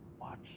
watch